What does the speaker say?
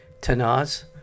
Tanaz